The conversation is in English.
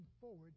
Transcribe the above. forward